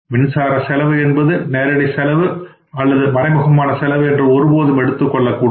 மின்சார செலவு என்பது நேரடி செலவு அல்லது மறைமுகமான செலவு என்று ஒருபோதும் எடுத்துக் கொள்ளக் கூடாது